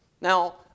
Now